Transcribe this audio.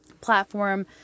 platform